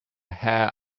hair